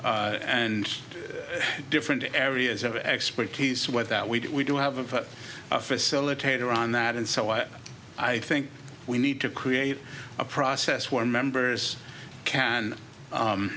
do and different areas of expertise where that we do have a facilitator on that and so i i think we need to create a process where members can